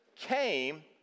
came